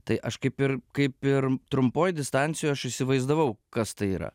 tai aš kaip ir kaip ir trumpoj distancijoj aš įsivaizdavau kas tai yra